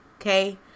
okay